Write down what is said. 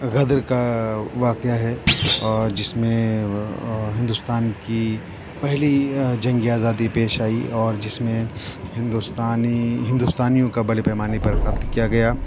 غدر کا واقعہ ہے جس میں ہندوستان کی پہلی جنگ آزادی پیش آئی اور جس میں ہندوستانی ہندوستانیوں کا بڑے پیمانے پر قتل کیا گیا